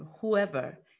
whoever